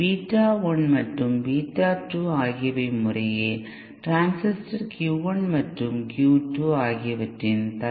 beta 1 மற்றும் beta 2 ஆகியவை முறையே டிரான்சிஸ்டர்Q 1 மற்றும்Q 2 ஆகியவற்றின் தற்போதைய கேய்ன்கள்